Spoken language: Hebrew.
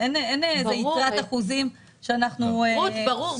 אין איזו יתרת אחוזים שאנחנו --- רות, ברור.